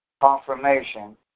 confirmation